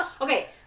Okay